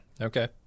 Okay